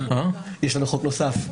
יש לנו חוק נוסף.